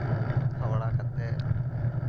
ᱥᱟᱯᱷᱟ ᱵᱟᱲᱟ ᱠᱟᱛᱮᱫ